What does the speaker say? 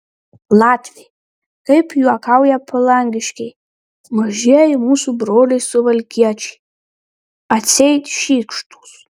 latviai kaip juokauja palangiškiai mažieji mūsų broliai suvalkiečiai atseit šykštūs